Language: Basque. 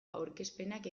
aurkezpenak